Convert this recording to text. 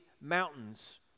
mountains